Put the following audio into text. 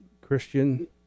Christian